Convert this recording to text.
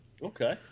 Okay